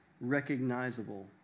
recognizable